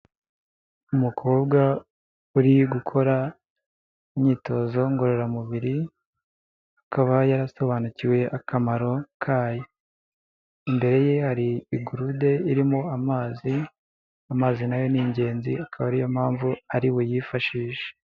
Umukobwa uri gukora imyitozo ngororamubiri, akaba yarasobanukiwe akamaro kayo. Imbere ye hari igurude irimo amazi, amazi na yo ni ingenzi, akaba ariyo mpamvu ari buyifashishe.